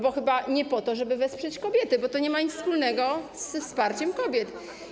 Bo chyba nie po to, żeby wesprzeć kobiety, bo to nie ma nic wspólnego ze wsparciem kobiet.